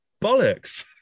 bollocks